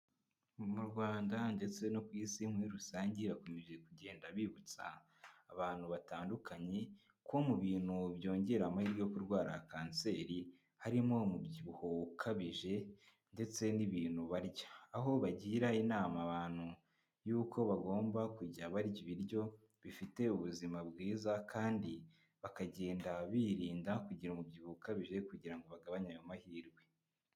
Mu Rwanda ndetse no ku isi muri rusange bakomeje kugenda bibutsa abantu batandukanye ko mu bintu byongera amahirwe yo kurwara kanseri harimo umubyibuho, ukabije ndetse n'ibintu barya, aho bagira inama abantu yuko bagomba kujya barya ibiryo bifite ubuzima bwiza kandi bakagenda birinda kugira umubyibuho ukabije kugira ngo bagabanye ayo mahirwe.